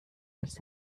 als